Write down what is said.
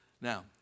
Now